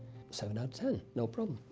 seven out of ten. no problem.